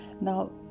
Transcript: Now